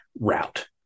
route